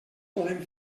podem